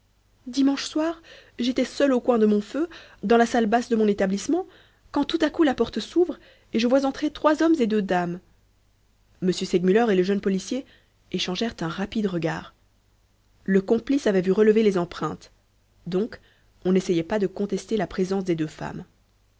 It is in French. dimanche soir j'étais seule au coin de mon feu dans la salle basse de mon établissement quand tout à coup la porte s'ouvre et je vois entrer trois hommes et deux dames m segmuller et le jeune policier échangèrent un rapide regard le complice avait vu relever les empreintes donc on n'essayait pas de contester la présence des deux femmes